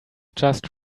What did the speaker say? just